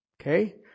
Okay